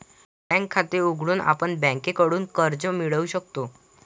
bank खाते उघडून आपण बँकेकडून कर्ज मिळवू शकतो